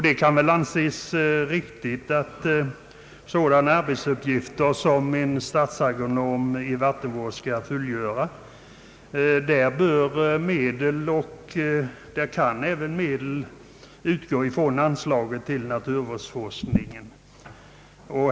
Det kan anses riktigt att sådana arbetsuppgifter som en statsagronom i vattenvård skall fullgöra bör bekostas av medel från anslaget till naturvårdsforskning.